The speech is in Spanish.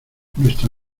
nuestra